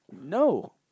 No